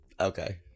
Okay